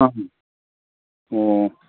ꯑꯥ ꯑꯣ